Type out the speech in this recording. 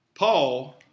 Paul